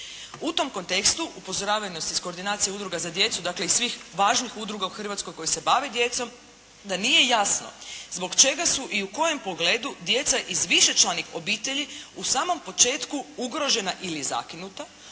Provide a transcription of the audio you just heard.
U tom kontekstu, upozoravaju nas iz koordinacije udruga za djecu, dakle, iz svih važnih udruga u Hrvatskoj koje se bave djecom, da nije jasno zbog čega su i u kojem pogledu djeca iz višečlanih obitelji u samom početku ugrožena ili zakinuta,